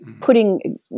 putting